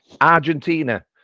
Argentina